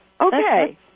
Okay